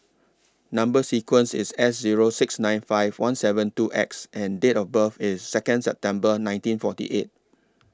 Number sequence IS S Zero six nine five one seven two X and Date of birth IS Second September nineteen forty eight